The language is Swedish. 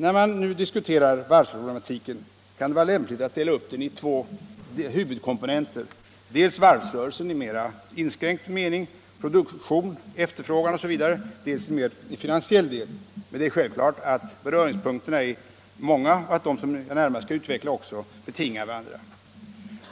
När man nu diskuterar varvsproblematiken kan det vara lämpligt att dela upp den i två huvudkomponenter: dels varvsrörelsen i mera inskränkt mening — produktion, efterfrågan osv. —, dels en mera finansiell del. Men det är självklart att beröringspunkterna är många och att de som jag närmast skall utveckla också betingar varandra.